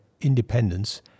independence